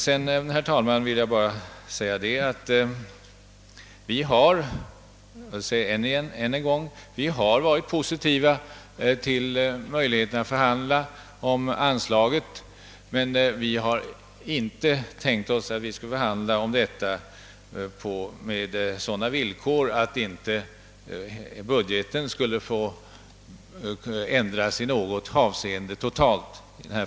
Därutöver vill jag endast än en gång säga, att vi varit positivt inställda till möjligheterna att förhandla om anslaget. Vi har emellertid inte tänkt oss att vi skulle förhandla på det villkoret, att budgetramen inte skulle få ändras i något avseende.